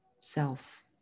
self